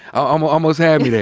almo almost had me